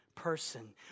person